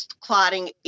clotting